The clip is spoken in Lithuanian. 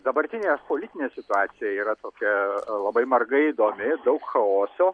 dabartinė politinė situacija yra tokia labai marga įdomi daug chaoso